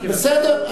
בסדר.